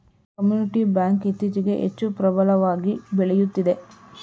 community bank ಇತ್ತೀಚೆಗೆ ಹೆಚ್ಚು ಪ್ರಬಲವಾಗಿ ಬೆಳೆಯುತ್ತಿದೆ